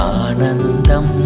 anandam